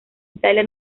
italia